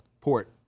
Port